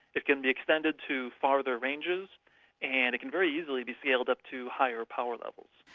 it can be extended to farther ranges and it can very easily be scaled up to higher power levels.